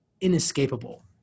inescapable